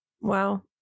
Wow